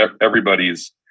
everybody's